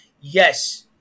yes